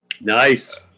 Nice